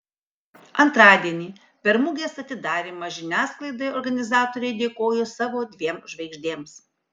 antradienį per mugės atidarymą žiniasklaidai organizatoriai dėkojo savo dviem žvaigždėms